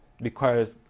requires